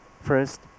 First